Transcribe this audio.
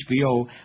HBO